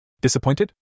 Disappointed